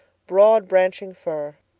broad-branching fir.